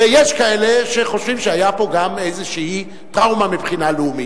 ויש כאלה שחושבים שהיתה פה גם איזו טראומה מבחינה לאומית.